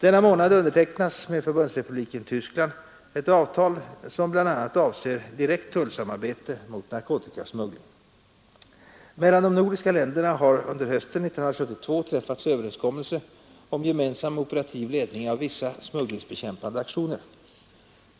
Denna månad undertecknas med Förbundsrepubliken Tyskland ett avtal, som bl a. avser direkt tullsamarbete mot narkotikasmuggling. Mellan de nordiska länderna har hösten 1972 träffats överenskommelse om gemensam operativ ledning av vissa smugglingsbekämpande aktioner.